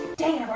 dang,